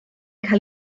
cael